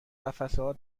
قفسهها